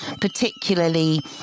particularly